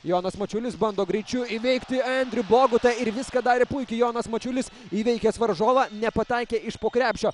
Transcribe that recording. jonas mačiulis bando greičiu įveikti endrių bogutą ir viską darė puikiai jonas mačiulis įveikęs varžovą nepataikė iš po krepšio